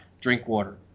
Drinkwater